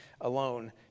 alone